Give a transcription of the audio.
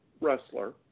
wrestler